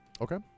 Okay